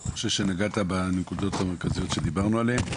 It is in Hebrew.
אני חושב שנגעת בנקודות המרכזיות שדיברנו עליהן.